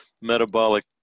metabolic